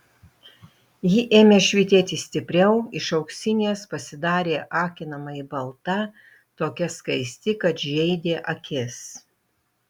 ji ėmė švytėti stipriau iš auksinės pasidarė akinamai balta tokia skaisti kad žeidė akis